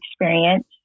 experience